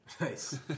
Nice